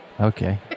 Okay